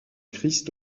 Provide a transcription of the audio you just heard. christ